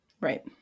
Right